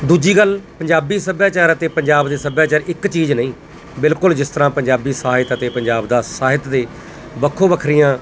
ਦੂਜੀ ਗੱਲ ਪੰਜਾਬੀ ਸੱਭਿਆਚਾਰ ਅਤੇ ਪੰਜਾਬ ਦੇ ਸੱਭਿਆਚਾਰ ਇੱਕ ਚੀਜ਼ ਨਹੀਂ ਬਿਲਕੁਲ ਜਿਸ ਤਰ੍ਹਾਂ ਪੰਜਾਬੀ ਸਾਹਿਤ ਅਤੇ ਪੰਜਾਬ ਦਾ ਸਾਹਿਤ ਦੋ ਵੱਖੋ ਵੱਖਰੀਆਂ